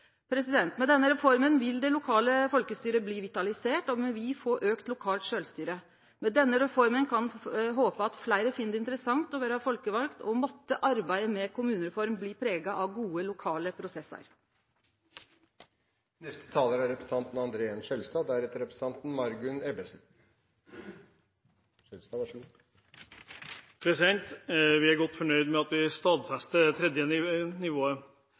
Med denne reforma vil det lokale folkestyret bli vitalisert. Då må me få auka lokalt sjølvstyre. Med denne reforma kan ein håpe at fleire finn det interessant å vere folkevald. Måtte arbeidet med kommunereforma bli prega av gode lokale prosessar. Vi er godt fornøyd med at vi stadfester det tredje nivået. Det er